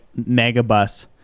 Megabus